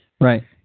Right